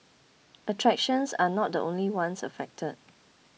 attractions are not the only ones affected